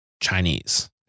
Chinese